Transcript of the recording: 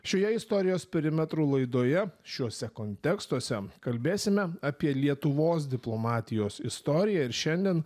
šioje istorijos perimetrų laidoje šiuose kontekstuose kalbėsime apie lietuvos diplomatijos istoriją ir šiandien